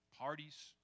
parties